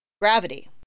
gravity